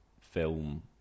film